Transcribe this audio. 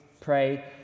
pray